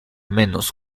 menos